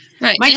Right